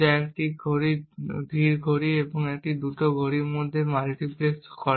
যা একটি ধীর ঘড়ি এবং একটি দ্রুত ঘড়ির মধ্যে মাল্টিপ্লেক্স করে